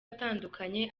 atandukanye